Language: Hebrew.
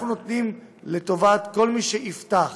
אנחנו נותנים לטובת כל מי שיפתח